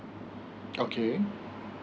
okay